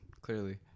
Clearly